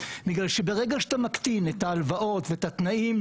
מכיוון שברגע שאתה מקטין את ההלוואות ואת התנאים,